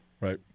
Right